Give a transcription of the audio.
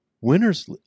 winners